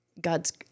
God's